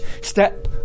step